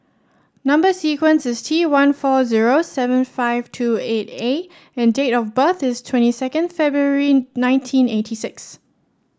number sequence is T one four zero seven five two eight A and date of birth is twenty second February nineteen eighty six